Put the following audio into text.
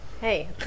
Hey